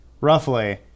roughly